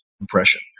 impression